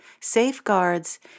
safeguards